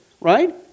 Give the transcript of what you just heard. right